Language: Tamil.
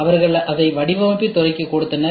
அவர்கள் அதை வடிவமைப்பு துறைக்கு கொடுத்தனர்